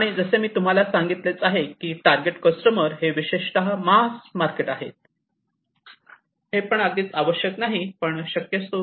आणि जसे मी तुम्हाला सांगितलेच आहे कि टारगेट कस्टमर्स हे विशेषतः मास मार्केट आहेत पण हे अगदीच आवश्यक नाही पण शक्यतो